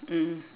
mm